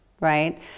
right